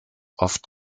oft